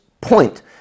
point